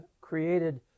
created